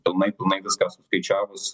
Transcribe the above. pilnai pilnai viską suskaičiavus